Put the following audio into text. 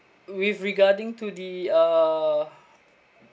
with regarding to the uh